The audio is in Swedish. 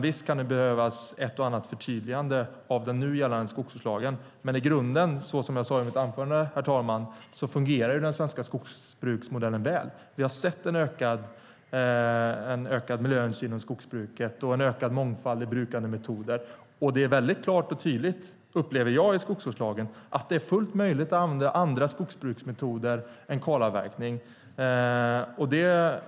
Visst kan det behövas ett och annat förtydligande av den nu gällande skogsvårdslagen, men i grunden fungerar, som jag sade i mitt anförande, herr talman, den svenska skogsbruksmodellen väl. Vi har sett en ökning av miljöhänsyn inom skogsbruket och en ökad mångfald av brukandemetoder. Det framgår klart och tydligt av skogsvårdslagen, upplever jag, att det är fullt möjligt att använda andra skogsbruksmetoder än kalavverkning.